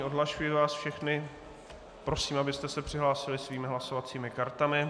Odhlašuji vás všechny a prosím, abyste se přihlásili svými hlasovacími kartami.